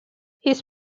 his